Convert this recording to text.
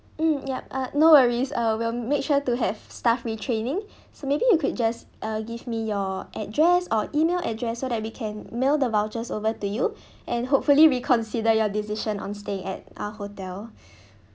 mm yup uh no worries uh we will make sure to have staff retraining so maybe you could just uh give me your address or email address so that we can mail the vouchers over to you and hopefully reconsider your decision on stay at our hotel